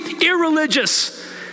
irreligious